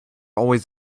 always